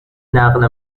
نقل